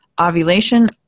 ovulation